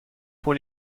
pour